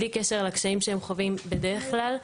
בלי קשר לקשיים שהם חווים בדרך כלל.